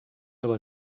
aber